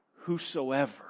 whosoever